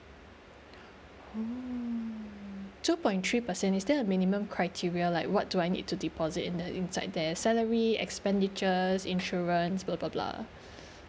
oh two point three percent is there a minimum criteria like what do I need to deposit in the inside there salary expenditure insurance